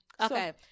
Okay